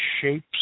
shapes